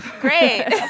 Great